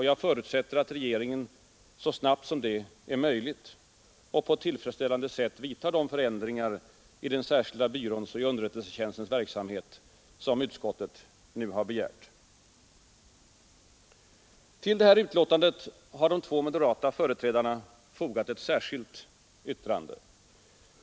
Jag förutsätter att regeringen så snabbt som det är möjligt och på ett tillfredsställande sätt vidtar de förändringar i den särskilda byråns och i underrättelsetjänstens verksamhet som utskottet nu har begärt. Till betänkandet har de två moderata företrädarna fogat ett särskilt yttrande.